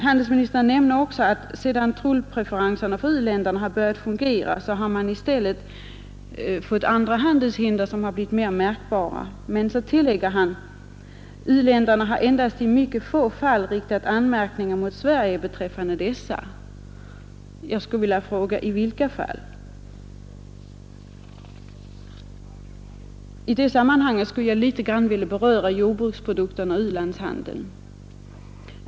Handelsministern nämner att sedan tullpreferenserna för u-land börjat fungera har i stället andra handelshinder blivit mera märkbara. Men så tillägger han: ”U-länderna har endast i mycket få fall riktat anmärkningar mot Sverige beträffande dessa.” Jag skulle vilja fråga: I vilka fall? I detta sammanhang skulle jag vilja beröra jordbruksprodukterna och u-landshandeln.